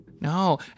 no